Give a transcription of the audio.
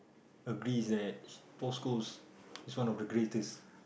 agrees that Paul-Coles is one of the greatest